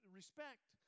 respect